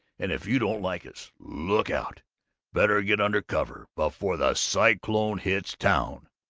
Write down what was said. and if you don't like us, look out better get under cover before the cyclone hits town!